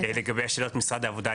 לגבי השאלות ממשרד העבודה,